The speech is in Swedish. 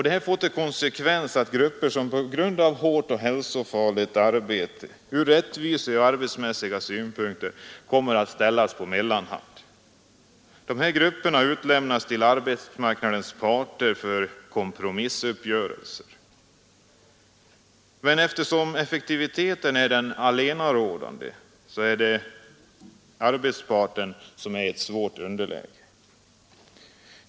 Detta får till konsekvens att grupper med hårt och hälsofarligt arbete kommer att ställas på mellanhand. De grupperna lämnas ut till arbetsmarknadens parter för kompromissuppgörelser. Men eftersom effektivitetstanken är den allenarådande befinner sig arbetarparten i ett svårt underläge.